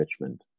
Richmond